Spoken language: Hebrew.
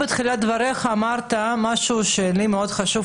בתחילת דבריך אמרת דבר שמאוד חשוב לי